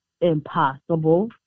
impossible